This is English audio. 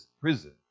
prison